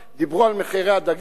דיברו על מחירי הדגים,